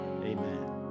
Amen